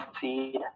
seed